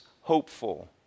hopeful